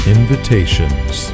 Invitations